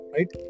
Right